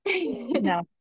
No